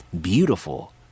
beautiful